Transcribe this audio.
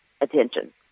attention